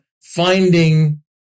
finding